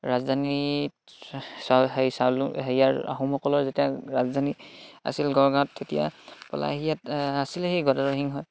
ৰাজধানীত সেই চাউল হেৰিয়াৰ আহোমসকলৰ যেতিয়া ৰাজধানী আছিল গড়গাঁৱত তেতিয়া ক'লা সি ইয়াত আছিলে সেই গদাধৰ সিংহই